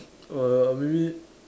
err maybe